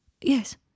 Yes